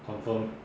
confirm